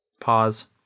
Pause